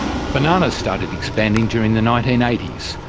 bananas started expanding during the nineteen eighty s,